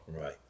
Right